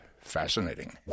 fascinating